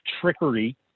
trickery